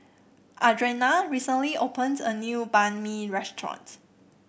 Adrianna recently opened a new Banh Mi restaurant